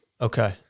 Okay